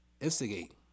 instigate